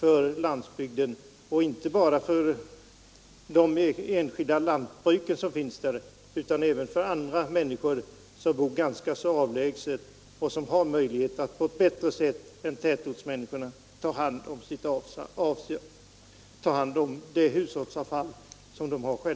Sådan dispens kommer inte att lämnas bara när det gäller det enskilda lantbruket, sade jordbruksministern, utan även för människor som bor relativt avlägset och som har möjligheter att på ett bättre sä tätortsmänniskorna ta hand om sitt hushållsavfall.